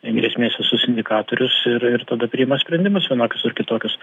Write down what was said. ir grėsmės visus indikatorius ir ir tada priima sprendimus vienokius ar kitokius